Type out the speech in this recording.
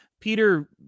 Peter